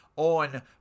On